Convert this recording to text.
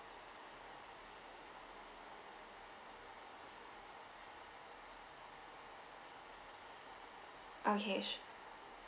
okay